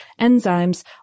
enzymes